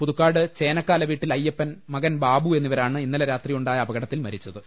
പുതുക്കാട് ചേനക്കാല വീട്ടിൽ അയ്യപ്പൻ മകൻ ബാബു എന്നി വരാണ് ഇന്നലെ രാത്രിയുണ്ടായാഅപകടത്തിൽ മരിച്ചത്